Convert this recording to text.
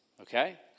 okay